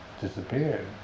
disappeared